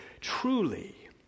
Truly